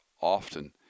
often